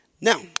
Now